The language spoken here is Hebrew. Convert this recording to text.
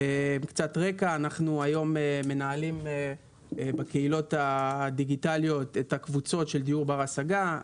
אנחנו מנהלים היום בקהילות הדיגיטליות את הקבוצות של דיור בר השגה.